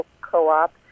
co-op